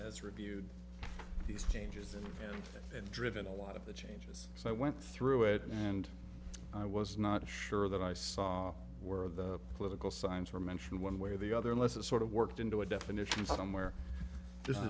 has reviewed these changes and driven a lot of the changes so i went through it and i was not sure that i saw were the political signs were mentioned one way or the other unless a sort of worked into a definition somewhere just